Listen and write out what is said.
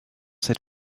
cette